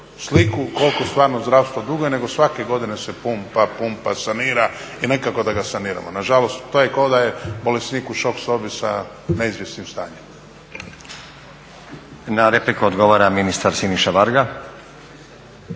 sliku koliko stvarno zdravstvo duguje nego svake godine se pumpa, pumpa sanira i nikako da ga saniramo. Nažalost, to je kao da je bolesnik u šok sobi sa neizvjesnim stanjem. **Stazić, Nenad (SDP)** Na repliku odgovara ministar Siniša Varga.